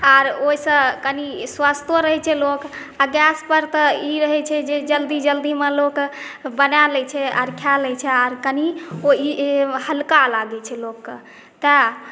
आओर ओहिसँ कनि स्वस्थो रहैत छै लोक आ गैसपर तऽ ई रहैत छै जे जल्दी जल्दीमे लोक बनाए लैत छै आओर खाए लैत छै आ कनि ई हल्का लागैत छै लोकके तैँ